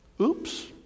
Oops